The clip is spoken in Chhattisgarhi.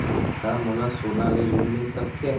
का मोला सोना ले ऋण मिल सकथे?